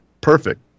perfect